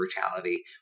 brutality